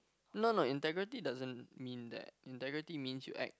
no no integrity doesn't mean that integrity means you act